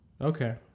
Okay